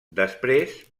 després